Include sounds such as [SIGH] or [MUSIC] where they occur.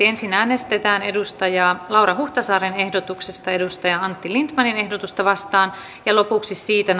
[UNINTELLIGIBLE] ensin äänestetään laura huhtasaaren ehdotuksesta antti lindtmanin ehdotusta vastaan ja lopuksi siitä [UNINTELLIGIBLE]